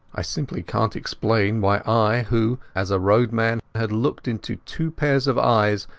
i simply canat explain why i who, as a roadman, had looked into two pairs of eyes,